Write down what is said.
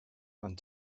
and